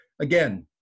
again